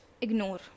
ignore